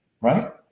Right